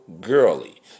girly